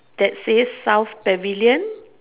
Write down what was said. that says South pavilion